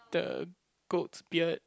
the goat's beard